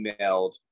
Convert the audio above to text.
emailed